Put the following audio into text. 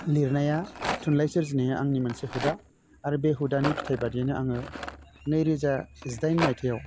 लिरनाया थुनलाइ सोरजिनाया आंनि मोनसे हुदा आरो बे हुदानि फिथाय बादियैनो आङो नैरोजा जिदाइन मायथाइयाव